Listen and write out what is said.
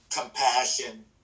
compassion